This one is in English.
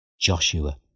Joshua